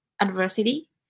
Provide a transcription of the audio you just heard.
adversity